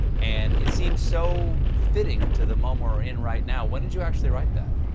and it seems so fitting to the moment we're in right now. when did you actually write that?